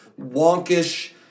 wonkish